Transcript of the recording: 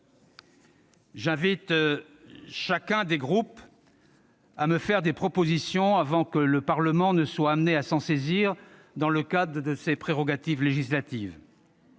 J'invite chacun des groupes politiques à me faire des propositions, avant que le Parlement ne soit amené à s'en saisir dans le cadre de ses prérogatives législatives.